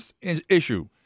issue